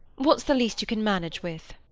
what's the least you can manage with?